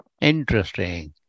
Interesting